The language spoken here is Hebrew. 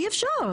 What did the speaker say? אי אפשר.